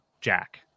Jack